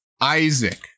isaac